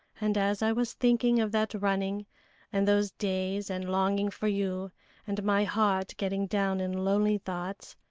and as i was thinking of that running and those days and longing for you and my heart getting down in lonely thoughts,